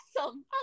awesome